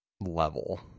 level